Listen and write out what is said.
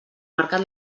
mercat